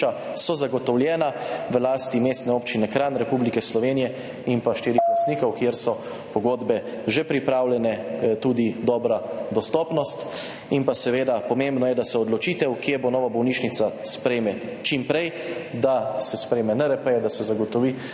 so zagotovljena v lasti Mestne občine Kranj, Republike Slovenije in štirih lastnikov, kjer so pogodbe že pripravljene, tudi dobra dostopnost. Pomembno je, da se odločitev, kje bo nova bolnišnica, sprejme čim prej, da se sprejme NRP-je, da se zagotovi